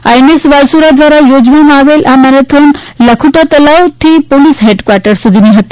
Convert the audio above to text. INS Valsura ધ્વારા યોજવામાં આવેલા આ મેરેથોનલાખોટા તળાવથી પોલીસ હેડકવાર્ટર સુધીની હતી